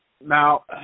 Now